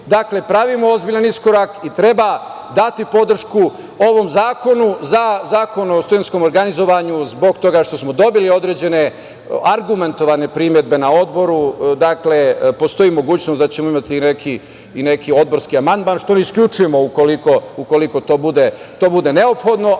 vidu, pravimo ozbiljan iskorak i treba dati podršku ovom zakonu za Zakon o studentskom organizovanju zbog toga što smo dobili određene argumentovane primedbe na Odboru. Dakle, postoji mogućnost da ćemo imati i neki odborski amandman, što ne isključujemo, ukoliko to bude neophodno.